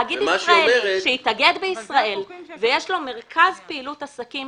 תאגיד ישראלי שהתאגד בישראל ויש לו מרכז פעילות עסקים